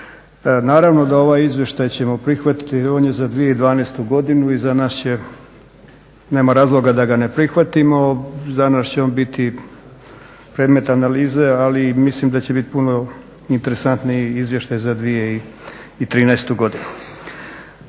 Naravno da ovaj izvještaj ćemo prihvatiti jer on je za 2012. godinu i za nas će, nema razloga da ga ne prihvatimo, za nas će on biti predmet analize, ali mislim da će biti puno interesantniji izvještaj za 2013. godinu.